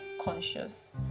conscious